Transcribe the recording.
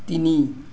তিনি